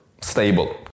stable